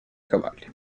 cavalli